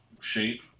shape